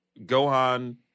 Gohan